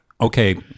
okay